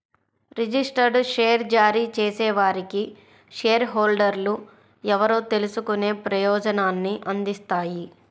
registered share జారీ చేసేవారికి share హోల్డర్లు ఎవరో తెలుసుకునే ప్రయోజనాన్ని అందిస్తాయి